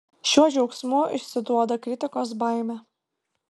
šiuo džiaugsmu išsiduoda kritikos baimę